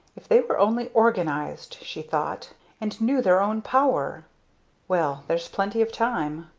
if they were only organized, she thought and knew their own power well there's plenty of time.